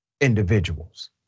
individuals